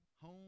home